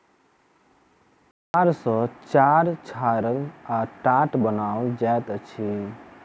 पुआर सॅ चार छाड़ल आ टाट बनाओल जाइत अछि